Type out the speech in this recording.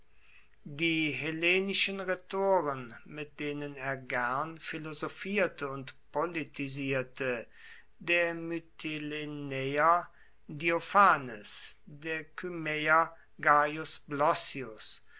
die hellenischen rhetoren mit denen er gern philosophierte und politisierte der mytilenäer diophanes der kymäer